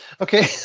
Okay